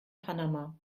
panama